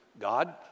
God